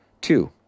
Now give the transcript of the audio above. Two